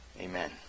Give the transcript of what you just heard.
Amen